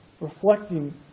reflecting